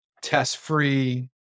test-free